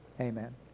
Amen